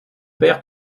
père